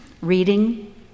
reading